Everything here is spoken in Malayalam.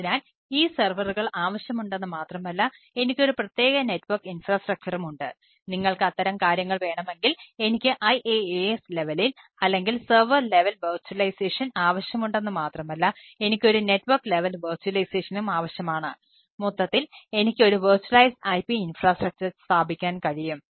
അതിനാൽ ഈ സെർവറുകൾ സ്ഥാപിക്കാൻ കഴിയും